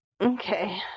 Okay